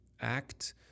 act